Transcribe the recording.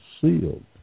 sealed